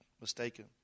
mistaken